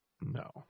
No